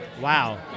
Wow